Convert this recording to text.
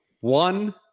one